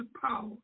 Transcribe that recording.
power